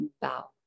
Bow